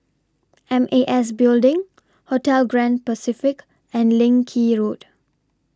M A S Building Hotel Grand Pacific and Leng Kee Road